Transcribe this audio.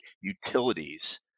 utilities